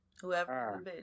Whoever